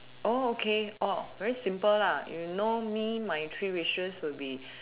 oh okay oh very simple lah you know me my three wishes will be